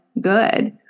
good